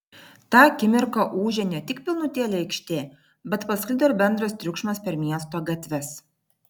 tą akimirką ūžė ne tik pilnutėlė aikštė bet pasklido ir bendras triukšmas per miesto gatves